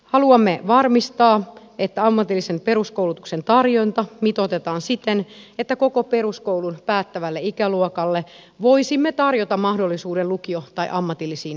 haluamme varmistaa että ammatillisen peruskoulutuksen tarjonta mitoitetaan siten että koko peruskoulun päättävälle ikäluokalle voisimme tarjota mahdollisuuden lukio tai ammatillisiin opintoihin